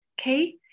okay